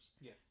Yes